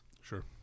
Sure